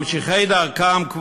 מחקו מהסידור את "ציון" ו"ירושלים",